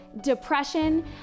depression